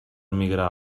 migrar